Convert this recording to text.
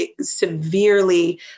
severely